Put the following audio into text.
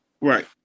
Right